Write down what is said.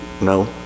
no